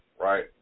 right